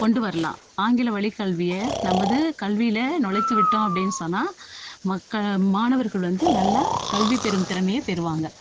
கொண்டு வரலாம் ஆங்கில வழி கல்வியை நமது கல்வியில் நொழைச்சி விட்டோம் அப்படின் சொன்னால் மக்க மாணவர்கள் வந்து நல்லா கல்வி பெரும் திறமையை பெறுவாங்க